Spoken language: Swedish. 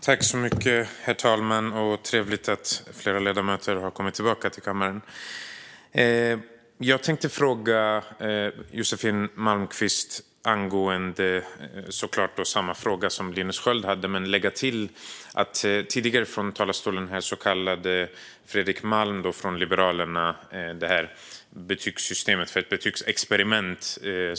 Herr talman! Det är trevligt att flera ledamöter har kommit tillbaka till kammaren. Jag tänkte så klart ställa samma fråga till Josefin Malmqvist som Linus Sköld ställde men lägga till att Fredrik Malm från Liberalerna tidigare här i talarstolen kallade detta betygssystem för ett betygsexperiment.